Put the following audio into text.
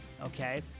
okay